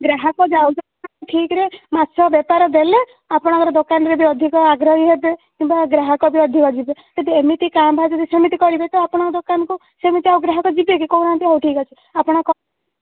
ଗ୍ରାହକ ଯାଉଛନ୍ତି ଠିକ୍ ରେ ମାଛ ବେପାର ଦେଲେ ଆପଣଙ୍କର ଦୋକାନରେ ବି ଅଧିକ ଆଗ୍ରହୀ ହେବେ କିମ୍ବା ଗ୍ରାହକ ବି ଅଧିକ ଯିବେ ଯଦି ଏମିତି କାଁ ଭାଁ ଯଦି ସେମିତି କରିବେ ତ ଆପଣଙ୍କ ଦୋକାନକୁ ସେମିତି ଆଉ ଗ୍ରାହକ ଯିବେ କି କହୁନାହାନ୍ତି ହଉ ଠିକ୍ଅଛି ଆପଣ